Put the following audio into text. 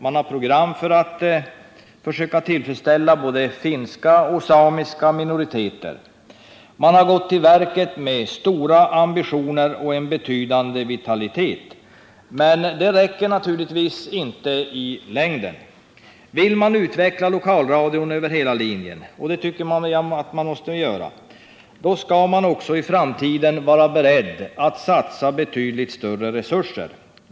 Man försöker i sina program tillfredsställa både finska och samiska minoriteter. Man har gått till verket med stora ambitioner och en betydande vitalitet. Men det räcker naturligtvis inte i längden. Vill man utveckla lokalradion över hela linjen — och det vill man väl göra — måste man i framtiden vara beredd att satsa betydligt större resurser.